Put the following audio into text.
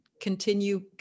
continue